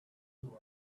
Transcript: who